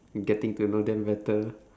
getting to know them better